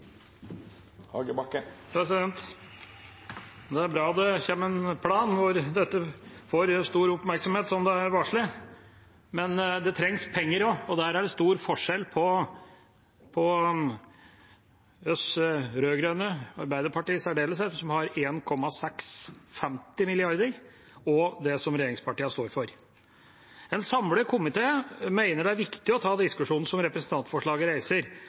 Det er bra at det kommer en plan hvor dette får stor oppmerksomhet, slik det er varslet. Men det trengs penger også, og der er det stor forskjell på oss rød-grønne – Arbeiderpartiet i særdeleshet, som har 1,650 mrd. kr – og det som regjeringspartiene står for. En samlet komité mener det er viktig å ta